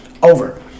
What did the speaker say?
over